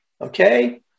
Okay